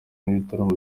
n’ibitaramo